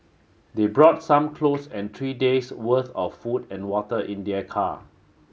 they brought some clothes and three days' worth of food and water in their car